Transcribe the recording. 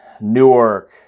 Newark